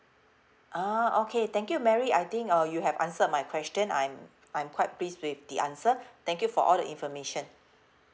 ah okay thank you mary I think uh you have answered my question I'm I'm quite pleased with the answer thank you for all the information